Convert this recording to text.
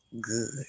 good